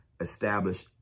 establish